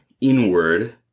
inward